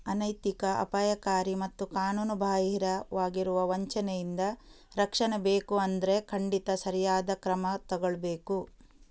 ಅನೈತಿಕ, ಅಪಾಯಕಾರಿ ಮತ್ತು ಕಾನೂನುಬಾಹಿರವಾಗಿರುವ ವಂಚನೆಯಿಂದ ರಕ್ಷಣೆ ಬೇಕು ಅಂದ್ರೆ ಖಂಡಿತ ಸರಿಯಾದ ಕ್ರಮ ತಗೊಳ್ಬೇಕು